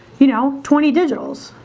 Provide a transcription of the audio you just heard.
you know, twenty digital's